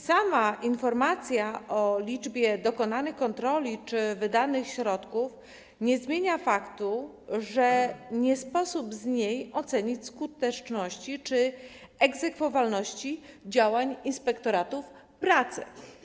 Sama informacja o liczbie wykonanych kontroli czy wydanych środkach nie zmienia faktu, że nie sposób dzięki niej ocenić skuteczności czy egzekwowalności działań inspektoratów pracy.